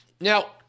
Now